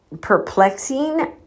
perplexing